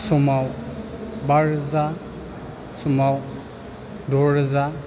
समाव बा रोजा समाव द' रोजा